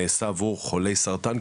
נעשה עבור חולי סרטן,